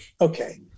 okay